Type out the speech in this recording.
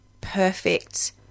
perfect